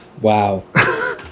Wow